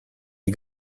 you